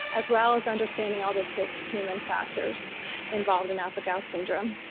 as well as understanding all the tick human factors involved in alpha-gal syndrome.